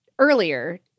Earlier